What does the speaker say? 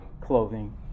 clothing